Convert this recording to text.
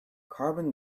carbon